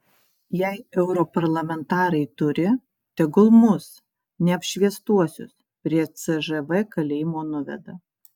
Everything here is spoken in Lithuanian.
jei europarlamentarai turi tegul mus neapšviestuosius prie cžv kalėjimo nuveda